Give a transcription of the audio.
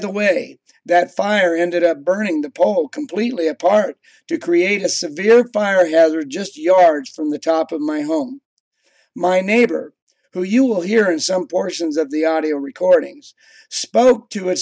the way that fire ended up burning the pole completely apart to create a severe fire hazard just yards from the top of my home my neighbor who you will hear in some portions of the audio recordings spoke to a